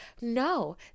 no